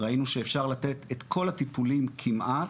ראינו שאפשר לתת את כל הטיפולים כמעט,